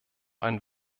ein